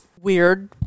weird